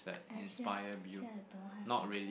actually actually I don't have eh